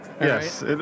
Yes